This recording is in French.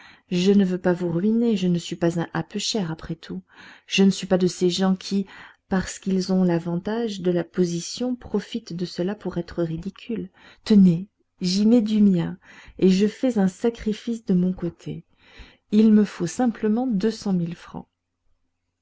je ne veux pas vous ruiner je ne suis pas un happe chair après tout je ne suis pas de ces gens qui parce qu'ils ont l'avantage de la position profitent de cela pour être ridicules tenez j'y mets du mien et je fais un sacrifice de mon côté il me faut simplement deux cent mille francs